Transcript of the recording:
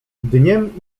dniem